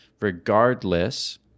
regardless